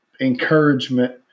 encouragement